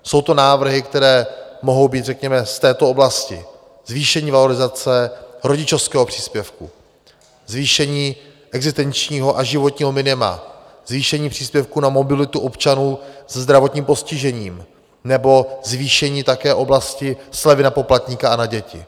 Jsou to návrhy, které mohou být řekněme z této oblasti: zvýšení valorizace rodičovského příspěvku, zvýšení existenčního a životního minima, zvýšení příspěvku na mobilitu občanů se zdravotním postižením nebo zvýšení také oblasti slevy na poplatníka a na děti.